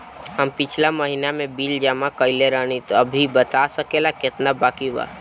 हम पिछला महीना में बिल जमा कइले रनि अभी बता सकेला केतना बाकि बा?